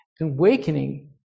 Awakening